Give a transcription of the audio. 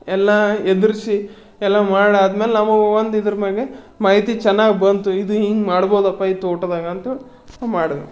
ಎಲ್ಲ ಎದುರಿಸಿ ಎಲ್ಲ ಮಾಡಾದ್ಮೇಲೆ ನಾವು ಒಂದು ಇದ್ರ ಮ್ಯಾಗೆ ಮಾಹಿತಿ ಚೆನ್ನಾಗಿ ಬಂತು ಇದು ಹಿಂಗೆ ಮಾಡ್ಬೋದಪ್ಪಾ ಈ ತೋಟದಾಗ ಅಂತ ನಾನು ಮಾಡಿದೆ